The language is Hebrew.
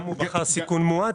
גם אם בחר סיכון מועט,